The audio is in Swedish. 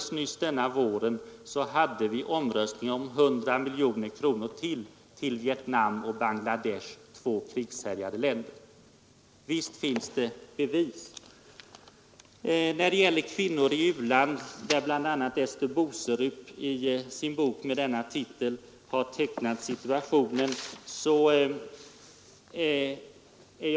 Slutligen hade vi i riksdagen nyss en omröstning om 100 miljoner kronor i omedelbart tilläggsanslag till Vietnam och Bangladesh, två krigshärjade länder, och där ni röstade emot. Visst finns det bevis för våra konkreta försök att öka och era idoga bromsningar. När det gäller kvinnor i u-land har bl.a. Ester Boserup i sin bok med denna titel övertygande tecknat den allvarliga situationen.